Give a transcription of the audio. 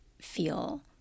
feel